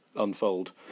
unfold